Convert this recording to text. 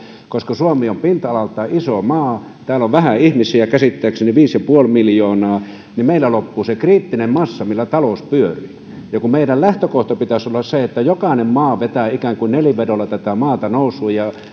koska suomi on pinta alaltaan iso maa täällä on vähän ihmisiä käsittääkseni viisi pilkku viisi miljoonaa niin meillä loppuu se kriittinen massa millä talous pyörii meidän lähtökohdan pitäisi olla se että jokainen maakunta vetää ikään kuin nelivedolla tätä maata nousuun ja